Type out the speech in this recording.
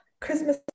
Christmas